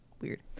weird